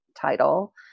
title